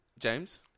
James